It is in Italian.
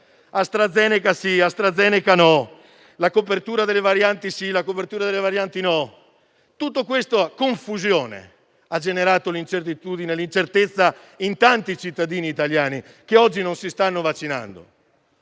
AstraZeneca sì, AstraZeneca no, la copertura delle varianti sì, la copertura delle varianti no - avete determinato l'incertezza in tanti cittadini italiani che oggi non si stanno vaccinando.